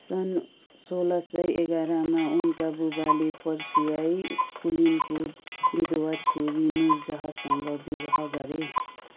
सन् सोह्र सय एघारमा उनका बुबाले पर्सियाई कुलीनको विधवा छोरी नूरजहाँसँग विवाह गरे